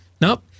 Nope